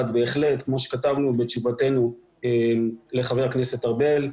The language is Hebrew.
שכמו שכתבנו בתשובתנו לחבר הכנסת ארבל,